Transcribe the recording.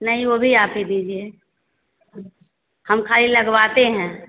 नहीं वह भी आप ही दीजिए हम खाली लगवाते हैं